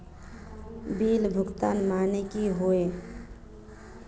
Bill भुगतान माने की होय?